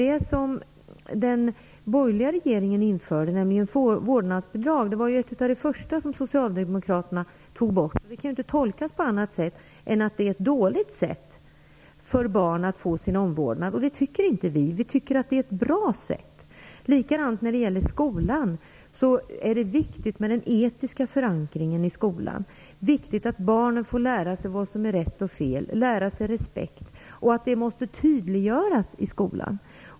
Det som den borgerliga regeringen införde, nämligen vårdnadsbidraget, var en av de första åtgärderna som socialdemokraterna tog bort. Det kan ju inte tolkas på annat sätt än att vårdnadsbidraget inte var bra. Det var ett dåligt medel för barnen att få sin omvårdnad. Det tycker inte vi. Vi tycker att det var ett bra sätt. Det är likadant när det gäller skolan. Det är viktigt med den etiska förankringen i skolan. Det är viktigt att barnen får lära sig vad som är rätt och fel, lära sig att visa respekt. Detta måste tydliggöras i skolan.